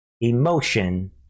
emotion